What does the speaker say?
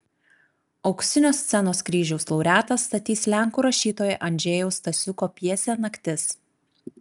auksinio scenos kryžiaus laureatas statys lenkų rašytojo andžejaus stasiuko pjesę naktis